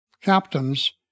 captains